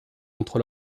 entre